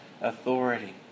authority